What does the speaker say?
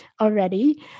already